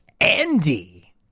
Andy